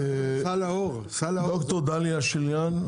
ד"ר דליה שיליאן.